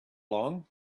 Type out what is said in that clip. long